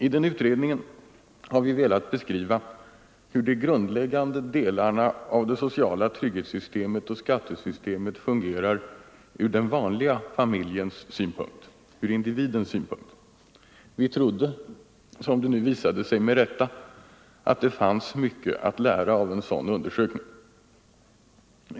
I den utredningen har vi velat beskriva hur de grundläggande delarna av det sociala trygghetssystemet och skattesystemet fungerar ur den vanliga familjens synpunkt, ur individens synpunkt. Vi trodde — som det nu visade sig med rätta — att det fanns mycket att lära av en sådan undersökning.